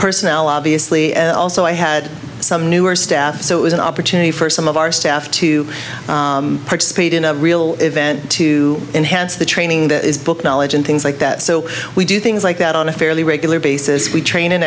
personnel obviously and also i had some newer staff so it was an opportunity for some of our staff to participate in a real event to enhance the training that is book knowledge and things like that so we do things like that on a fairly regular basis we train